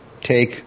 take